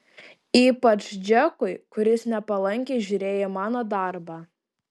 ypač džekui kuris nepalankiai žiūrėjo į mano darbą